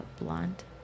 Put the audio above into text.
Blonde